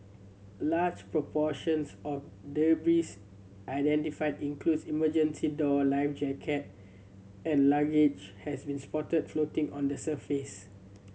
large proportions of debris identified includes emergency door life jacket and luggage has been spotted floating on the surface